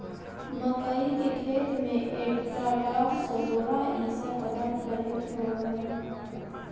मक्कइ के खेत में एट्राटाफ, सोलोरा इ सब पदार्थ प्रयुक्त होवऽ हई